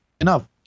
enough